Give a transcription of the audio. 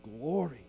glory